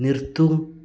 നിർത്തുക